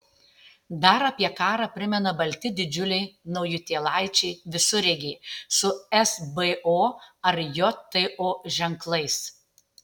dar apie karą primena balti didžiuliai naujutėlaičiai visureigiai su esbo ar jto ženklais